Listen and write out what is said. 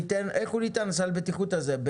איך ניתן סל הבטיחות הזה?